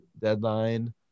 deadline